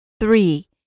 Three